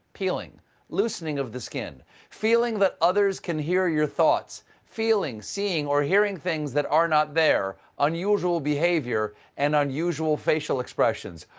peeling loosening of the skin feeling that others can hear your thoughts feeling, seeing, or hearing things that are not there unusual behavior, and unusual facial expressions.